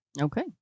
Okay